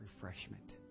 refreshment